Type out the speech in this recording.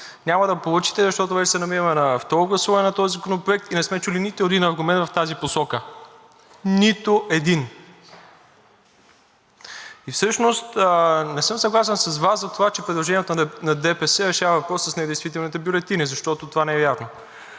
Няма да получите, защото вече се намираме на второ гласуване на този Законопроект и не сме чули нито един аргумент в тази посока. Нито един! И всъщност не съм съгласен с Вас за това, че предложенията на ДПС решават въпроса с недействителните бюлетини, защото това не е вярно.